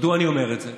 מדוע אני אומר את זה?